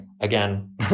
again